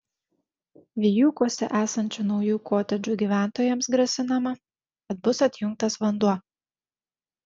vijūkuose esančių naujų kotedžų gyventojams grasinama kad bus atjungtas vanduo